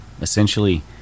essentially